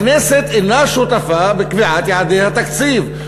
הכנסת אינה שותפה בקביעת יעדי התקציב.